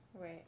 Right